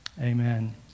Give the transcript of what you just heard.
Amen